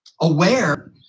aware